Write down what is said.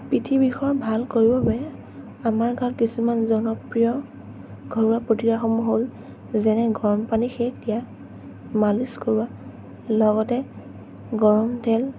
পিঠি বিষৰ ভাল কৰিবলৈ আমাৰ তাত কিছুমান জনপ্ৰিয় ঘৰুৱা প্ৰতিকাৰসমূহ হ'ল যেনে গৰমপানী সেক দিয়া মালিছ কৰোৱা লগতে গৰম তেল